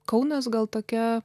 kaunas gal tokia